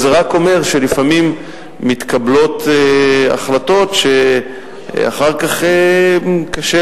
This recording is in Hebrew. זה רק אומר שלפעמים מתקבלות החלטות שאחר כך קשה